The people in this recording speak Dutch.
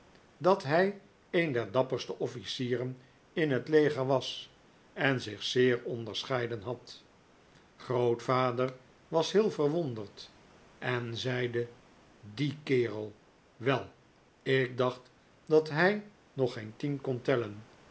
dat hij een der dapperste officieren in het leger was en zich zeer onderscheiden had grootvader was heel verwonderd en zeide die kerel wel ik dacht dat hij nog geen tien kon tellen